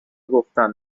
گفتن